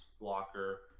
blocker